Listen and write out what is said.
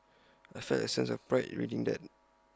I felt A sense of pride reading that